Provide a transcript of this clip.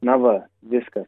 na va viskas